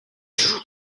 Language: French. joue